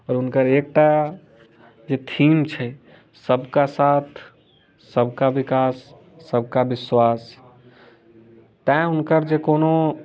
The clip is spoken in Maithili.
आओर हुनकर एकटा जे थीम छै सबका साथ सबका विकास सबका विश्वास तऽ हुनकर जे कोनो